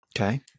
Okay